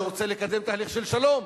שרוצה לקדם תהליך של שלום.